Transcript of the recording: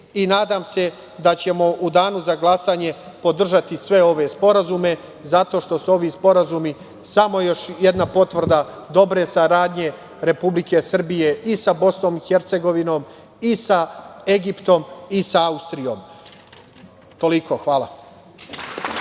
se da ćemo u danu za glasanje podržati sve ove sporazume zato što su ovi sporazumi samo još jedna potvrda dobre saradnje Republike Srbije i sa BiH i sa Egiptom i sa Austrijom. Toliko. Hvala.